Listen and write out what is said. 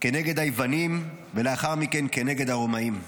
כנגד היוונים ולאחר מכן כנגד הרומאים.